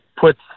puts